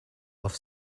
off